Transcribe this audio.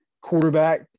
quarterback